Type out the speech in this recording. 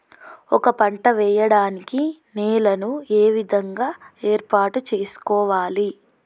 ఒక పంట వెయ్యడానికి నేలను మొదలు ఏ విధంగా ఏర్పాటు చేసుకోవాలి?